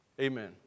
Amen